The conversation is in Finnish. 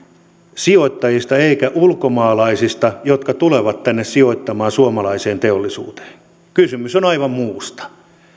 sijoittajista eikä ulkomaalaisista jotka tulevat tänne sijoittamaan suomalaiseen teollisuuteen kysymys on aivan muusta